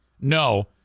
No